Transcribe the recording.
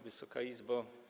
Wysoka Izbo!